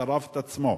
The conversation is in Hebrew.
ששרף את עצמו.